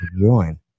join